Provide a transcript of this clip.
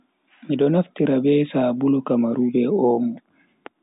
Mido naftira be sabulu kamaru be omo.